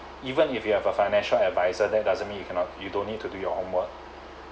even if you have a financial adviser then doesn't mean you cannot you don't need to do your homework